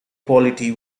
quality